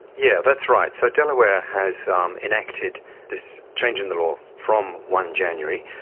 yeah that's right. so delaware has um enacted this change in the law from one january.